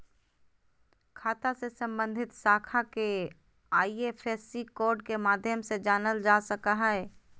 खाता से सम्बन्धित शाखा के आई.एफ.एस.सी कोड के माध्यम से जानल जा सक हइ